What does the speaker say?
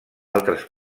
altres